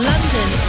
London